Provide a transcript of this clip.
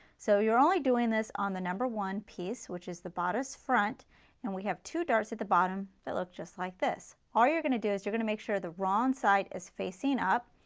so, you're only doing this on the number one piece which is the bodice front and we have two darts at the bottom that look just like this. what you're going to do, is you're going to make sure the wrong side is facing up,